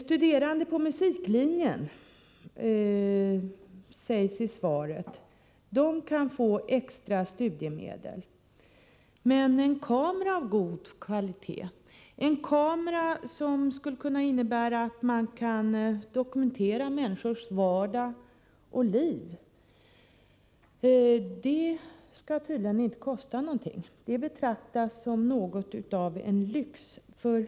Studerande på musiklinjen — det sägs i svaret — kan få extra studiemedel. Men en kamera av god kvalitet som kan användas för dokumentation av människors liv och vardag skall tydligen inte få kosta någonting. Det betraktas som en lyx.